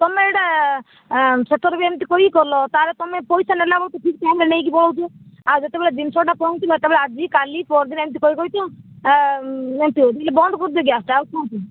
ତୁମେ ଏଇଟା ସେଥର ବି ଏମ୍ତି କହିକି କରିଲ ତାଧିଏରେ ତୁମେ ପଇସା ନେଲା ବେଳକୁ ଠିକ୍ ଟାଇମରେ ନେଇକି ପଳୋଉଛ ଆଉ ଯେତେବେଳେ ଜିନିଷଟା ପହଁଚିଲା ତୁମେ ଆଜି କାଲି ପରଦିନ ଏମିତି କହିଦେଉଛ ବନ୍ଦ କରିଦିଅ ଗ୍ୟାସଟା ଆଉ କ'ଣ